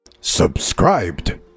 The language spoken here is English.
Subscribed